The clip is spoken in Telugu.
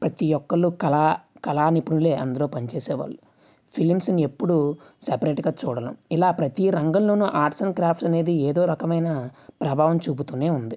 ప్రతి ఒక్కళ్ళు కళా కళా నిపుణులు అందులో పని చేసేవాళ్ళు ఫిలిమ్స్ని ఎప్పుడు సపరేట్గా చూడలేం ఇలా ప్రతి రంగంలోను ఆర్ట్స్ అండ్ క్రాఫ్ట్స్ అనేది ఏదో ఒక రకమైన ప్రభావం చూపుతు ఉంది